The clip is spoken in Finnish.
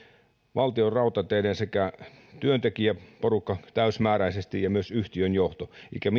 valtionrautateiden sekä työntekijäporukka täysimääräisesti että myös yhtiön johto eikä